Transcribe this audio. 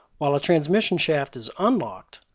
while a transmission shaft is unlocked,